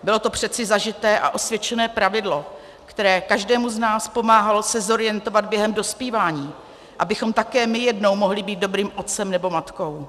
Bylo to přeci zažité a osvědčené pravidlo, které každému z nás pomáhalo se zorientovat během dospívání, abychom také my jednou mohli být dobrým otcem nebo matkou.